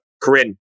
Corinne